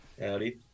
Howdy